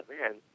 man